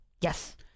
Yes